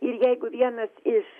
ir jeigu vienas iš